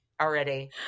already